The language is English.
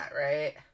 right